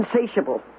Insatiable